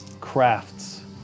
crafts